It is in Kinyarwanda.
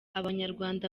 abanyarwanda